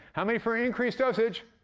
how many for increase dosage?